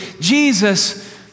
Jesus